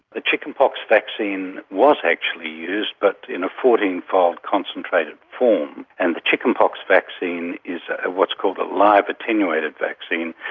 ah chickenpox vaccine was actually used, but in a fourteen fold concentrated form, and the chickenpox vaccine is what's called a live attenuated vaccine.